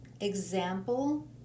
example